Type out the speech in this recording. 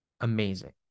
amazing